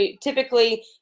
Typically